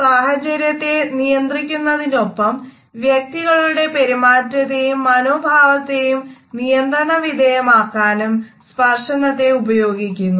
സാഹചര്യത്തെ നിയന്ത്രിക്കുന്നതിനൊപ്പം വ്യക്തികളുടെ പെരുമാറ്റത്തെയും മനോഭാവത്തെയും നിയന്ത്രണവിധേയമാക്കാനും സ്പർശനത്തെ ഉപയോഗിക്കുന്നു